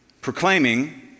proclaiming